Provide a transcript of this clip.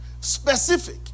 Specific